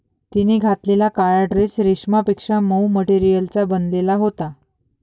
तिने घातलेला काळा ड्रेस रेशमापेक्षा मऊ मटेरियलचा बनलेला होता